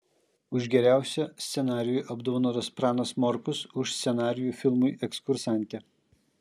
už geriausią scenarijų apdovanotas pranas morkus už scenarijų filmui ekskursantė